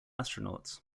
astronauts